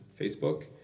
Facebook